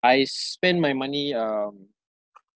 I s~ spend my money um